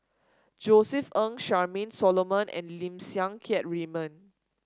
Josef Ng Charmaine Solomon and Lim Siang Keat Raymond